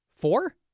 Four